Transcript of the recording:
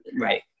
Right